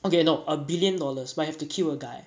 okay no a billion dollars might have to kill a guy